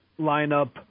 lineup